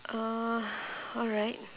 uh alright